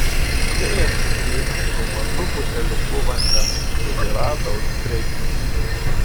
džėja sugrįžo su mažu buteliuku vandens kurį rado už prekystalio